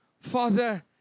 Father